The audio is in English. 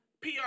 PR